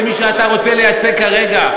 העבריים זה מי שאתה רוצה לייצג כרגע.